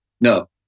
No